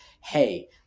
hey